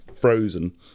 frozen